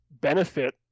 benefit